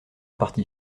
partie